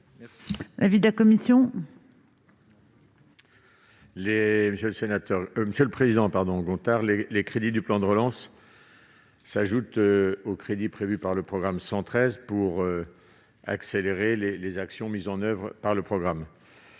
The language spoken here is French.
l'avis de la commission ? Monsieur Gontard, les crédits du plan de relance s'ajoutent aux crédits prévus par le programme 113 pour accélérer les actions mises en oeuvre dans ce cadre.